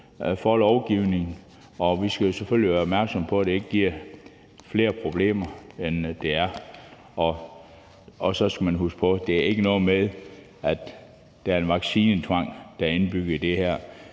for lovforslaget. Vi skal selvfølgelig være opmærksomme på, at det ikke giver flere problemer end godt er. Og så skal man huske på, at det ikke er noget med, at der er en vaccinetvang indbygget i det her.